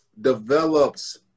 develops